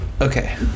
Okay